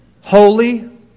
Holy